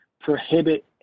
prohibit